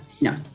No